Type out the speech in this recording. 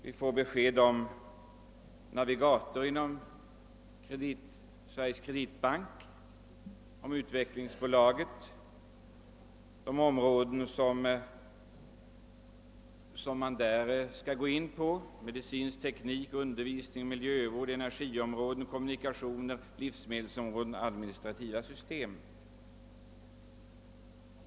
Vi fick besked om investmentbolaget Svenska AB Navigator inom Sveriges kreditbank, om Utvecklingsbolaget och om de områden som detta skall gå in på, nämligen medicinsk teknik, undervisning, miljövård, energiområden, kommunikationer, livsmedelsområdet och administrativa system.